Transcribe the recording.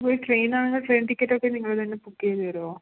ഇപ്പോൾ ട്രെയിനാണെങ്കിൽ ട്രെയിൻ ടിക്കറ്റൊക്കെ നിങ്ങൾ തന്നെ ബുക്ക് ചെയ്ത് തരുമോ